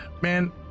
Man